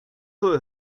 sus